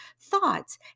thoughts